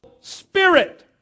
spirit